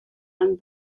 and